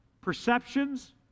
perceptions